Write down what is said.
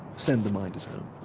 send the minders home.